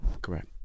Correct